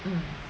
mm